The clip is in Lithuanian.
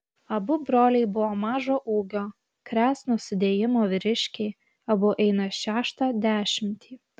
abu broliai buvo mažo ūgio kresno sudėjimo vyriškiai abu einą šeštą dešimtį